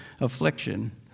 Affliction